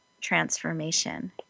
transformation